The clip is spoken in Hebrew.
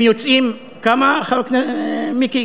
הם יוצאים, כמה, מיקי?